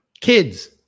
Kids